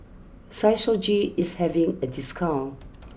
Physiogel is having a discount